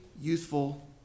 youthful